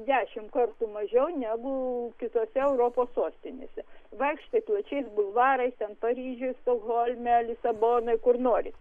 dešimt kartų mažiau negu kitose europos sostinėse vaikštai plačiais bulvarais ten paryžiuj stokholme lisabonoj kur nori